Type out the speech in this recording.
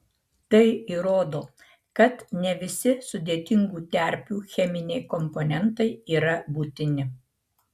tai įrodo kad ne visi sudėtingų terpių cheminiai komponentai yra būtini